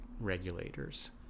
regulators